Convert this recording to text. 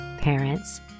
parents